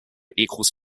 equals